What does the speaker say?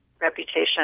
reputation